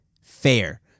fair